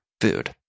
food